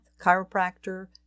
chiropractor